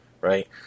right